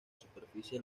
superficie